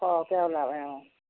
সৰহকৈ ওলালে অঁ